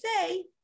say